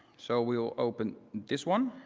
so we will open this one.